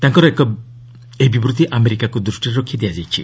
ତାଙ୍କର ଏହି ବିବୃତ୍ତି ଆମେରିକାକୁ ଦୃଷ୍ଟିରେ ରଖି ଦିଆଯାଇଛି